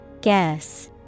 Guess